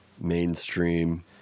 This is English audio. mainstream